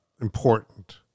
important